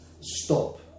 stop